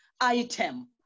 item